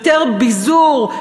יותר ביזור,